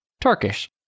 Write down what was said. Turkish